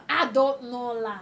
I don't know lah